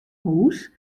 hûs